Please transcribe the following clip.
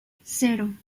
cero